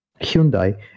Hyundai